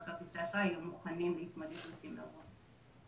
כרטיסי האשראי יהיו מוכנים להתמודדות עם אירוע סייבר.